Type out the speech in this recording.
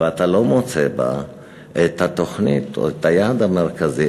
ואתה לא מוצא בה את התוכנית או את היעד המרכזי: